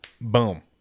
Boom